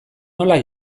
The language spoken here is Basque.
nola